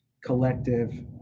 collective